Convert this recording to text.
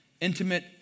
intimate